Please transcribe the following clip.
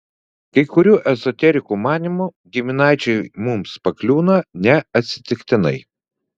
kai kurių ezoterikų manymu giminaičiai mums pakliūna ne atsitiktinai